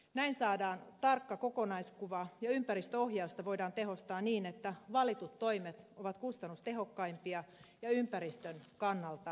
näin saadaan tarkka kokonaiskuva ja ympäristöohjausta voidaan tehostaa niin että valitut toimet ovat kustannustehokkaimpia ja ympäristön kannalta parhaimpia